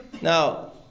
Now